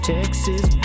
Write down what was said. Texas